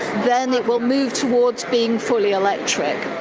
then it will move towards being fully electric.